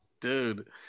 Dude